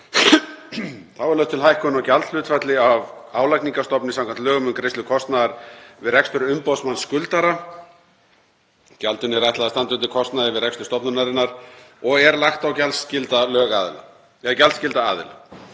Þá er lögð til lækkun á gjaldhlutfalli af álagningarstofni samkvæmt lögum um greiðslu kostnaðar við rekstur umboðsmanns skuldara. Gjaldinu er ætlað að standa undir kostnaði við rekstur stofnunarinnar og er lagt á gjaldskylda aðila.